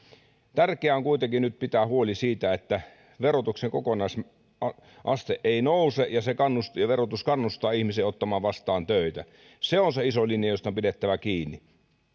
tärkeää on kuitenkin nyt pitää huoli siitä että verotuksen kokonaisaste ei nouse ja se verotus kannustaa ihmisiä ottamaan vastaan töitä se on se isoin linja josta on pidettävä kiinni